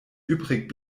übrig